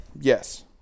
Yes